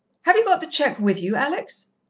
have you got the cheque with you, alex?